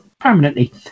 permanently